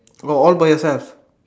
all all by yourselves